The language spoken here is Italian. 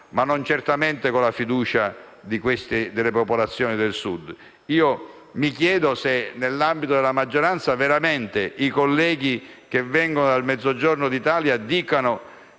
(ma non certamente con la fiducia delle popolazioni del Sud). Mi chiedo se, nell'ambito della maggioranza, i colleghi che vengono dal Mezzogiorno d'Italia dicano